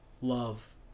love